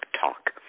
talk